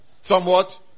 somewhat